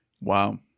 Wow